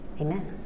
Amen